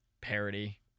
parody